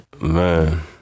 Man